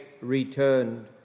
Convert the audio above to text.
returned